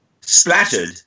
Splattered